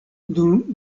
dum